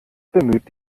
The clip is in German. bemüht